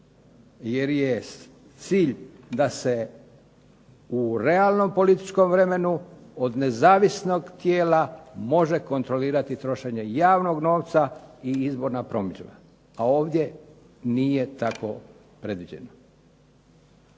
jer je cilj da se u realnom političkom vremenu od nezavisnog tijela može kontrolirati trošenje javnog novca i izborna promidžba, a ovdje nije tako predviđeno.